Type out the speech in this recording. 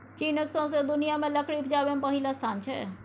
चीनक सौंसे दुनियाँ मे लकड़ी उपजाबै मे पहिल स्थान छै